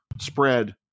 spread